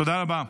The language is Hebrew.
תודה רבה.